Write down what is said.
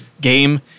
game